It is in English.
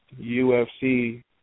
UFC